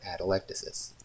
atelectasis